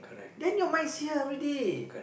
then your mind here ready